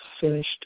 finished